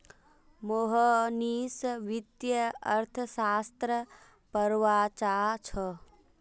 मोहनीश वित्तीय अर्थशास्त्र पढ़वा चाह छ